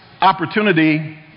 opportunity